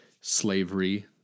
slavery